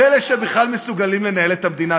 פלא שבכלל מסוגלים לנהל את המדינה,